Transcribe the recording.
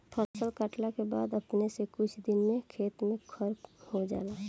फसल काटला के बाद अपने से कुछ दिन बाद खेत में खर हो जाला